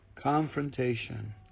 confrontation